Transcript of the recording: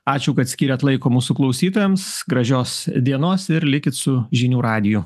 ačiū kad skyrėt laiko mūsų klausytojams gražios dienos ir likit su žinių radiju